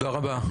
תודה רבה.